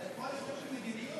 זה פועל יוצא של מדיניות.